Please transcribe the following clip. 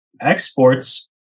exports